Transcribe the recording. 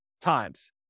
times